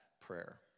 prayer